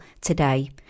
today